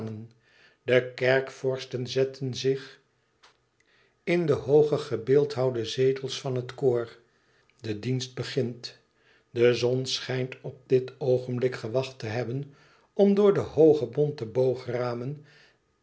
de kerkvorsten zetten zich in de hooge gebeeldhouwde zetels van het choor de dienst begint e ids aargang e zon schijnt op dit oogenblik gewacht te hebben om door de hooge bonte